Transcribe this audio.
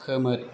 खोमोर